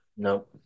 no